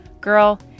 Girl